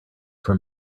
from